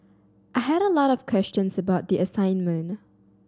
I had a lot of questions about the assignment